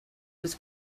was